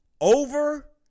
Over